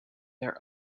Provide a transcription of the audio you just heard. their